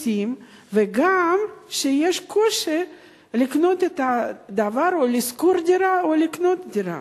גם לשלם מסים וגם שיש קושי לשכור דירה או לקנות דבר.